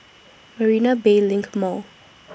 Marina Bay LINK Mall